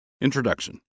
Introduction